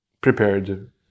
prepared